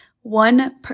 one